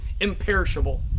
imperishable